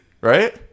right